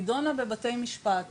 נידונה בבתי משפט.